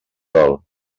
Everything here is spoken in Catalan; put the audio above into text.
dol